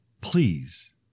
Please